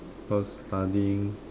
cause studying